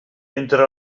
entre